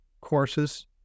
courses